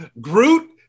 groot